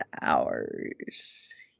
hours